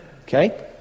Okay